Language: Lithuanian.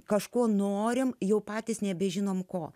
kažko norime jau patys nebežinome ko